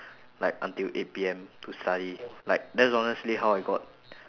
like until eight P_M to study like that's honestly how I got